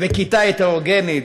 וכיתה הטרוגנית,